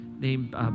named